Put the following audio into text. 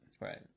right